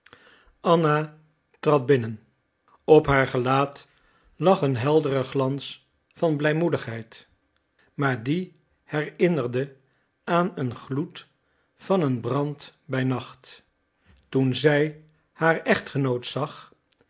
anna trad binnen op haar gelaat lag een heldere glans van blijmoedigheid maar die herinnerde aan een gloed van een brand bij nacht toen zij haar echtgenoot zag